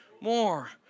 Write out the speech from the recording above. more